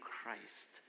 Christ